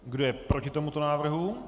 Kdo je proti tomuto návrhu?